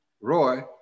Roy